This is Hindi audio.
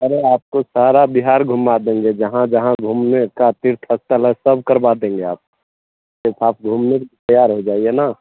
अरे आपको सारा बिहार घुमा देंगे जहाँ जहाँ घूमने का तीर्थ स्थल है सब करवा देंगे आप सिर्फ आप घूमने के लिए तैयार हो जाइए न